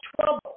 trouble